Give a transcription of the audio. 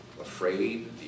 afraid